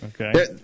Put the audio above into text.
Okay